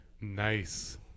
Nice